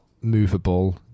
movable